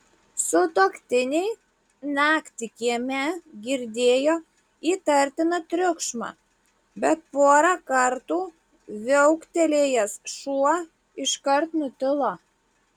sutuoktiniai naktį kieme girdėjo įtartiną triukšmą bet porą kartų viauktelėjęs šuo iškart nutilo